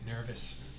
nervous